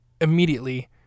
Immediately